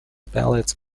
ballots